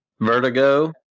Vertigo